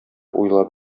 уйлап